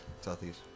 Southeast